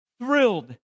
thrilled